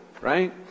right